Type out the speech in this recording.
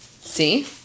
See